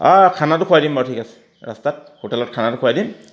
খানাটো খুৱাই দিম বাৰু ঠিক আছে ৰাস্তাত হোটেলত খানাটো খুৱাই দিম